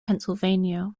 pennsylvania